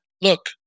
look